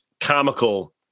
comical